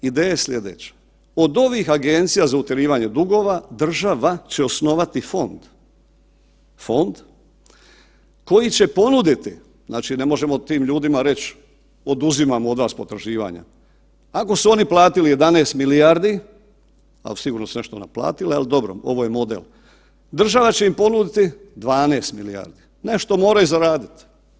Ideja je sljedeća, od ovih agencija za utjerivanje dugova država će osnovati fond, fond koji će ponuditi, znači ne možemo tim ljudima reć oduzimamo od vas potraživanja, ako su oni platili 11 milijardi, a sigurno su nešto naplatile, ali dobro ovo je model, država će im ponuditi 12 milijardi, nešto moraju zaradit.